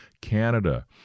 Canada